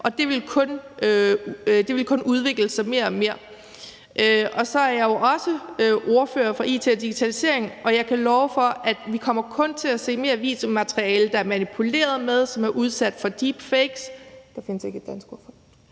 Det vil kun udvikle sig mere og mere. Jeg er jo også ordfører for it og digitalisering, og jeg kan love for, at vi kun kommer til at se mere videomateriale, der er manipuleret med, og som er udsat for deepfakes – der findes ikke et dansk ord for